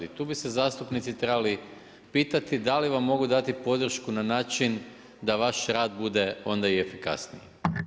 I tu bi se zastupnici trebali pitati da li vam mogu dati podršku na način da vaš rad bude onda i efikasniji.